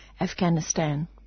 Afghanistan